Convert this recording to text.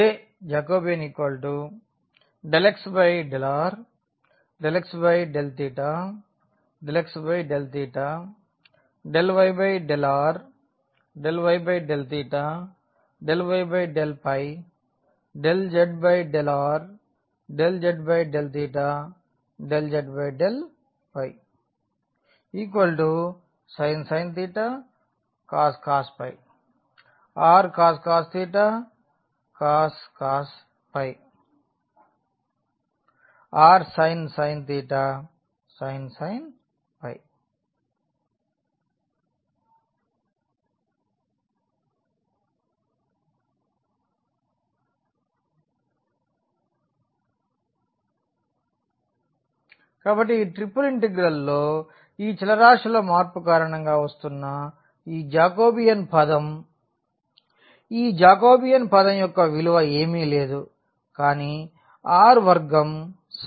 J∂x∂r ∂x∂θ ∂x∂ϕ ∂y∂r ∂y∂θ ∂y∂ϕ ∂z∂r ∂z∂θ ∂z∂ϕ sin cos rcos cos rsin sin sin sin rcos sin rsin cos cos rsin | r2sin కాబట్టి ఈ triple ఇంటిగ్రల్లో ఈ చలరాశుల మార్పు కారణంగా వస్తున్న ఈ జాకోబియన్ పదం ఈ జాకోబియన్ పదం యొక్క విలువ ఏమీ లేదు కానీ r వర్గం సైన్ తీటా